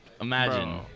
imagine